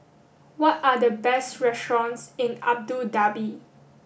what are the best restaurants in Abu Dhabi